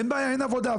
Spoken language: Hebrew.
אין בעיה, אין עבודה.